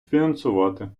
фінансувати